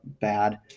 bad